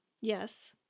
Yes